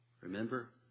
Remember